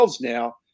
now